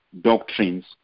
doctrines